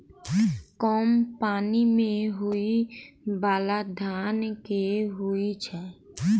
कम पानि मे होइ बाला धान केँ होइ छैय?